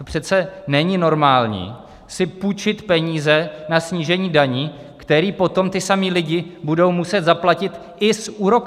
Přece není normální si půjčit peníze na snížení daní, které potom ti samí lidé budou muset zaplatit i s úroky.